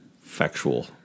factual